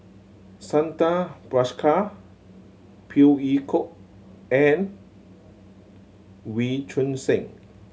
Santha Bhaskar Phey Yew Kok and Wee Choon Seng